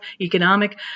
economic